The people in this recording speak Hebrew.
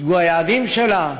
יוצגו היעדים שלה.